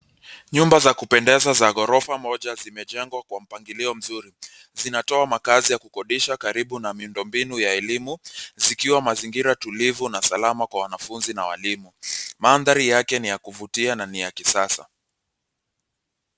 Nyumba za kupendeza za ghorofa moja zimejengwa kwa mpangilio mzuri. Zinatoa makaazi ya kukodisha karibu na miundo mbinu ya elimu zikiwa mazingira tulivu kwa wanafunzi na walimu. Mandhari yake ni ya kuvutia na ni ya kisasa.